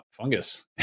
Fungus